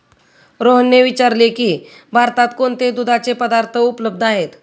रोहनने विचारले की भारतात कोणते दुधाचे पदार्थ उपलब्ध आहेत?